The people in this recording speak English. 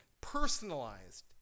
personalized